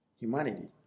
humanity